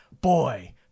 boy